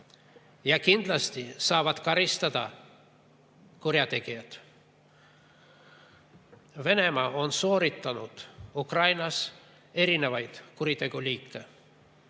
Ja kindlasti saavad karistada kurjategijad. Venemaa on sooritanud Ukrainas eri liiki kuritegusid.